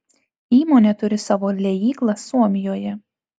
įmonė turi savo liejyklas suomijoje